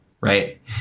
right